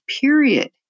period